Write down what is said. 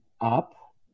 up